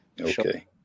Okay